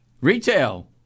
Retail